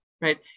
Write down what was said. right